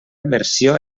versió